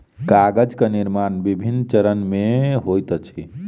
कागजक निर्माण विभिन्न चरण मे होइत अछि